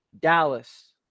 Dallas